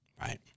Right